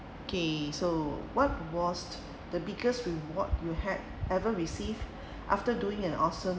okay so what was the biggest reward you had ever received after doing an awesome